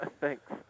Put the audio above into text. Thanks